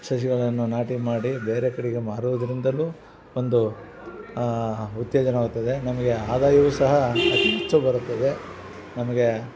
ಶಶಿಗಳನ್ನು ನಾಟಿ ಮಾಡಿ ಬೇರೆ ಕಡಿಗೆ ಮಾರುವುದ್ರಿಂದ ಒಂದು ಉತ್ತೇಜನವಾಗ್ತದೆ ನಮಗೆ ಆದಾಯವು ಸಹ ಅತಿ ಹೆಚ್ಚು ಬರುತ್ತದೆ ನಮಗೇ